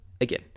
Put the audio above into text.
again